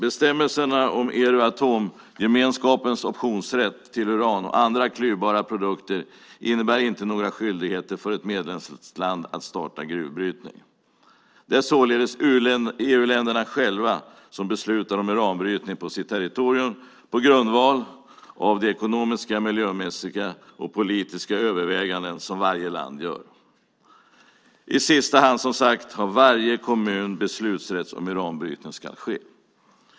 Bestämmelserna om Euratomgemenskapens optionsrätt till uran och andra klyvbara produkter innebär inte några skyldigheter för ett medlemsland att starta gruvbrytning. Det är således EU-länderna själva som beslutar om uranbrytning på sitt territorium på grundval av de ekonomiska, miljömässiga och politiska överväganden som varje land gör. I sista hand, som sagt, har varje kommun beslutsrätt om uranbrytning ska ske.